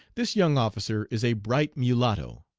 this young officer is a bright mulatto,